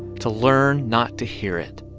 to learn not to hear it.